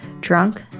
drunk